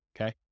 Okay